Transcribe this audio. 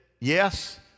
yes